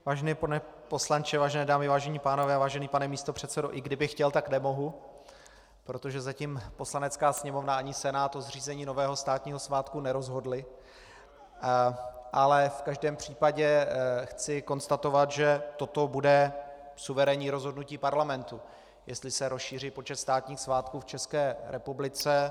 Vážený pane poslanče, vážené dámy, vážení pánové, vážený pane místopředsedo, i kdybych chtěl, tak nemohu, protože zatím Poslanecká sněmovna ani Senát o zřízení nového státního svátku nerozhodly, ale v každém případě chci konstatovat, že toto bude suverénní rozhodnutí parlamentu, jestli se rozšíří počet státních svátků v České republice.